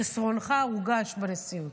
חסרונך הורגש בנשיאות,